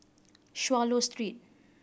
Swallow Street